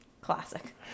Classic